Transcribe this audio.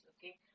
Okay